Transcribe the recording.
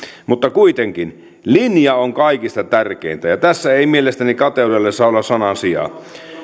mutta kuitenkin linja on kaikista tärkeintä ja tässä ei mielestäni kateudella saa olla sanansijaa